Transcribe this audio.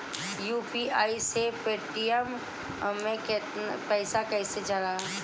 UPI से Paytm मे पैसा कइसे जाला?